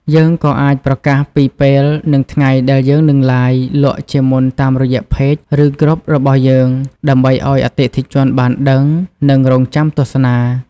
យើងក៏អាចប្រកាសពីពេល និងថ្ងៃដែលយើងនឹង Live លក់ជាមុនតាមរយៈ Page ឬ Group របស់យើង ដើម្បីឲ្យអតិថិជនបានដឹង និងរង់ចាំទស្សនា។